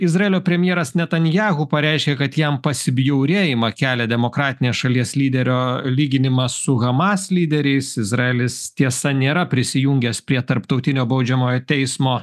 izraelio premjeras netanyahu pareiškė kad jam pasibjaurėjimą kelia demokratinės šalies lyderio lyginimas su hamas lyderiais izraelis tiesa nėra prisijungęs prie tarptautinio baudžiamojo teismo